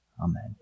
Amen